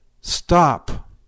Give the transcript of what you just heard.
Stop